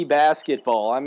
basketball